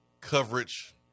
coverage